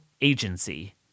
agency